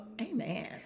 Amen